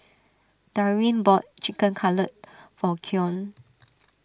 Darwyn bought Chicken Cutlet for Keon